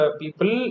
people